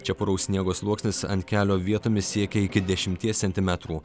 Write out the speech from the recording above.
čia puraus sniego sluoksnis ant kelio vietomis siekia iki dešimties centimetrų